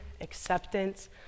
acceptance